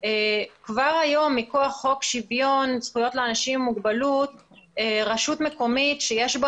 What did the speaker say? כבר היום מכוח שוויון זכויות לאנשים עם מוגבלות רשות מקומית שיש בה